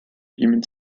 riemann